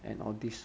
and all these